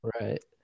right